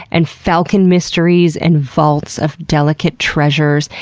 and falcon mysteries, and vaults of delicate treasures,